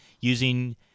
using